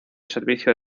servicio